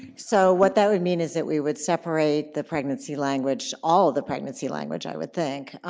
so what that would mean is that we would separate the pregnancy language, all of the pregnancy language i would think,